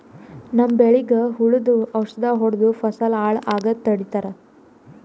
ನಮ್ಮ್ ಬೆಳಿಗ್ ಹುಳುದ್ ಔಷಧ್ ಹೊಡ್ದು ಫಸಲ್ ಹಾಳ್ ಆಗಾದ್ ತಡಿತಾರ್